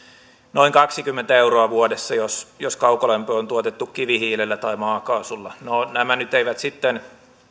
noin kaksikymmentä euroa vuodessa jos jos kaukolämpö on tuotettu kivihiilellä tai maakaasulla no nämä nyt eivät sitten